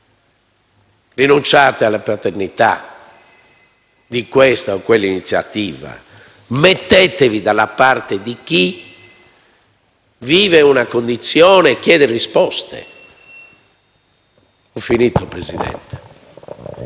rinunciate alla paternità di questa o quell'iniziativa, mettetevi dalla parte di chi vive una condizione e chiede risposte. *(Richiami del Presidente)*.